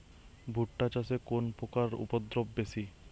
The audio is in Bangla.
ভুট্টা চাষে কোন পোকার উপদ্রব বেশি?